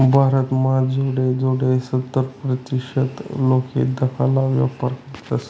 भारत म्हा जोडे जोडे सत्तर प्रतीसत लोके धाकाला व्यापार करतस